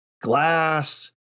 glass